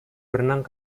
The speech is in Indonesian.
berenang